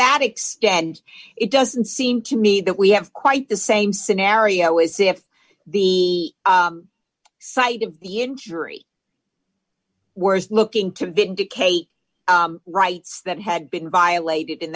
that extent it doesn't seem to me that we have quite the same scenario is if the site of the injury we're looking to vindicate rights that had been violated in